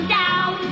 down